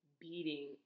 beating